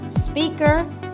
speaker